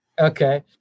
okay